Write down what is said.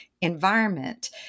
environment